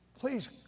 Please